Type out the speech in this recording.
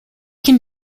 can